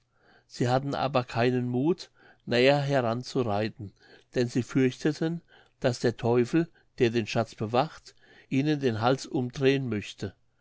sie hatten aber keinen muth näher heran zu reiten denn sie fürchteten daß der teufel der den schatz bewacht ihnen den hals umdrehen möchte